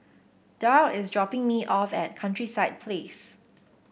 Darl is dropping me off at Countryside Place